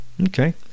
okay